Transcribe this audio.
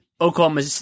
Oklahoma